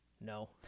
no